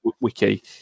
wiki